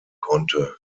konnte